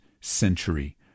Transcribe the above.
century